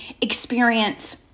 experience